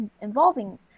involving